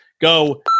go